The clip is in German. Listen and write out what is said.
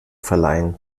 verleihen